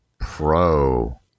Pro